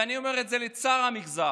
ואני אומר את זה לצער המגזר,